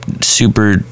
super